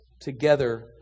together